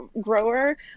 grower